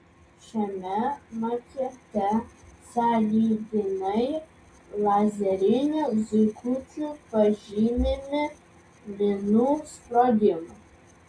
šiame makete sąlyginai lazeriniu zuikučiu pažymimi minų sprogimai